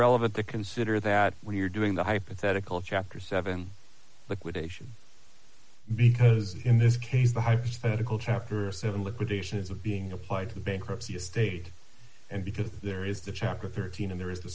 relevant to consider that we're doing the hypothetical chapter seven liquidation because in this case the hypothetical chapter seven liquidation is being applied to the bankruptcy estate and because there is the chakra thirteen and there is t